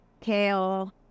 kale